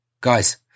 Guys